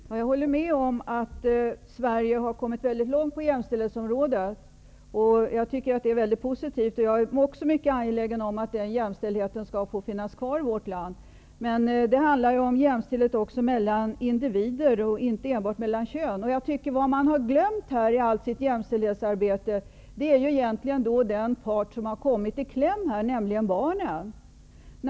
Herr talman! Jag håller med om att Sverige har kommit mycket långt på jämställdhetsområdet, och det är mycket positivt. Jag är också mycket angelägen om att jämställdheten skall få finnas kvar i vårt land. Men det handlar även om jämställdhet mellan invdivider och inte enbart mellan kön. Vad man har glömt i allt sitt jämställdhetsarbete är den part som har kommit i kläm, nämligen barnen.